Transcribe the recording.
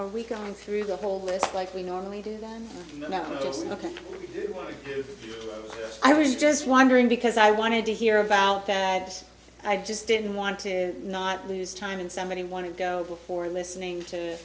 are we going through the whole list like we normally do not just do what i do i was just wondering because i wanted to hear about that i just didn't want to not lose time and somebody want to go before listening to